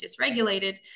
dysregulated